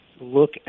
look